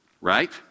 Right